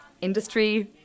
industry